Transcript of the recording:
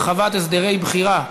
הרחבת הסדרי בחירה),